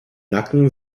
nacken